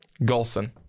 Golson